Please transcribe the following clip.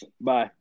Bye